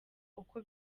uko